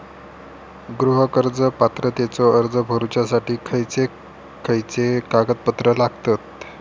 गृह कर्ज पात्रतेचो अर्ज भरुच्यासाठी खयचे खयचे कागदपत्र लागतत?